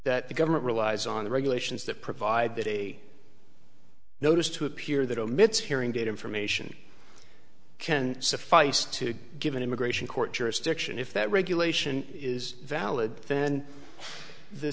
that the government relies on the regulations that provide that a notice to appear that omits hearing date information can suffice to give an immigration court jurisdiction if that regulation is valid then the